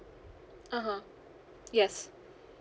(uh huh) yes